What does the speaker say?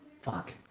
Fuck